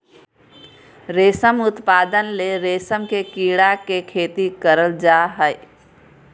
रेशम उत्पादन ले रेशम के कीड़ा के खेती करल जा हइ